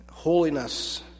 holiness